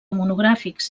monogràfics